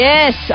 Yes